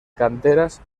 canteras